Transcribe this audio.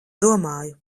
domāju